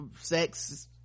sex